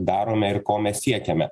darome ir ko mes siekiame